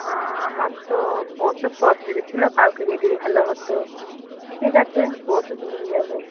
আমার তো পরশু তো অসুবিধা ছিলো কালকে গেলেই ভালো হতো ঠিক আছে পরশু দিনই যাবো